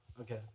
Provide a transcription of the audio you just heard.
Okay